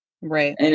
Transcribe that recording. right